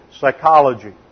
psychology